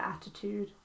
attitude